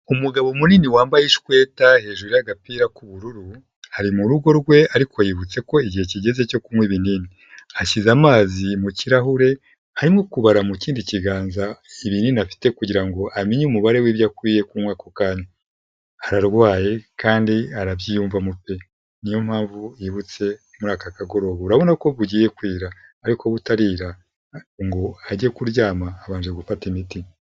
Umugabo munini wambaye ishweta hejuru y'agapira k'ubururu ari mu rugo rwe ariko yibutse ko igihe kigeze cyo kunywa ibinini, ashyize amazi mu kirahure arimo kubara mu kindi kiganza ibinini afite kugira ngo amenye umubare w'ibyo akwiye kunywa ako kanya, arararwaye kandi arabyiyumvamo pe, niyo mpamvu yibutse muri aka kagoro, urabona ko bugiye kwira ariko butarira ngo ajye kuryama abanje gufata imiti.